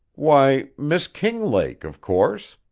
why, miss kinglake, of course.